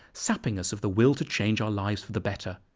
sapping us of the will to change our lives for the better.